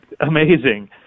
Amazing